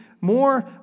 more